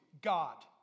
God